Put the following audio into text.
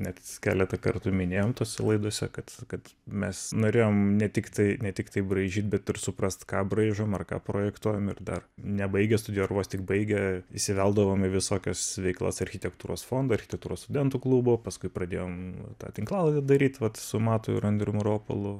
net keletą kartų minėjom tose laidose kad kad mes norėjom ne tiktai ne tiktai braižyt bet ir suprast ką braižom ar ką projektuojam ir dar nebaigę studijų ar vos tik baigę įsiveldavom į visokias veiklas architektūros fondo architektūros studentų klubo paskui pradėjom tą tinklalaidę daryt vat su matu ir andrium ropolu